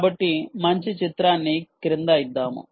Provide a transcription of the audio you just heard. కాబట్టి మంచి చిత్రాన్ని క్రింద ఇద్దాము